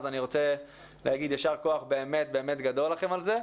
אז אני רוצה להגיד יישר כוח באמת גדול לכם על זה.